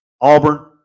Auburn